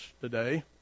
today